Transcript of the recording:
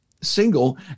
single